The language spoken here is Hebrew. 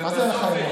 מה זה אין לך אמון?